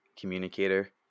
communicator